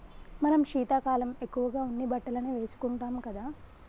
మనం శీతాకాలం ఎక్కువగా ఉన్ని బట్టలనే వేసుకుంటాం కదా